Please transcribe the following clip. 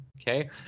okay